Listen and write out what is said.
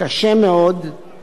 לטענת המציעים,